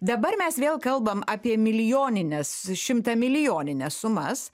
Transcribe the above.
dabar mes vėl kalbam apie milijonines šimtamilijonines sumas